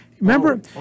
Remember